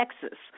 Texas